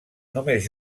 només